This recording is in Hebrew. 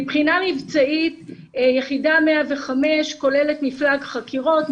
מבחינה מבצעית יחידה 105 כוללת מפלג חקירות,